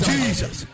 Jesus